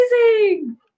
amazing